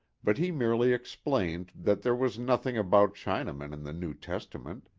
but he merely explained that there was nothing about chinamen in the new testament,